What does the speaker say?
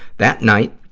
that night